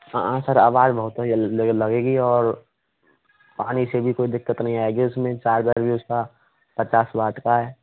हाँ सर अवाज़ बहुत ही अलग लगेगी और पानी से भी कोई दिक्कत नहीं आएगी उस में चार्जर भी उसका पचास वाट का है